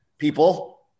People